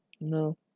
No